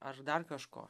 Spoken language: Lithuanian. ar dar kažko